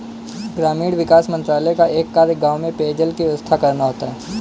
ग्रामीण विकास मंत्रालय का एक कार्य गांव में पेयजल की व्यवस्था करना होता है